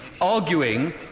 arguing